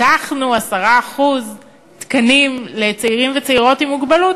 הבטחנו 10% תקנים לצעירים וצעירות עם מוגבלות,